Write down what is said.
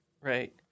right